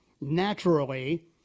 naturally